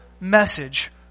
message